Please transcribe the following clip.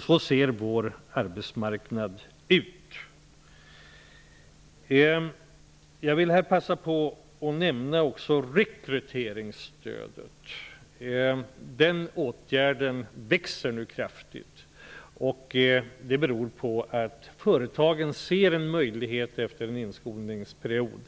Så ser vår arbetsmarknad ut. Jag vill här passa på att nämna rekryteringsstödet. Det ökar nu kraftigt. Det beror på att företagen ser möjligheter efter en inskolningsperiod